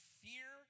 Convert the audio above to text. fear